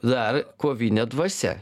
dar kovinė dvasia